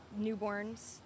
newborns